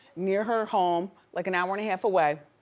near her home, like an hour and a half away.